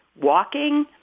walking